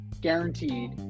guaranteed